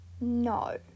no